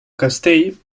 castell